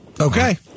Okay